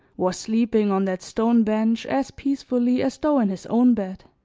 was sleeping on that stone bench as peacefully as though in his own bed.